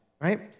right